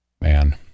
Man